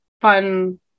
fun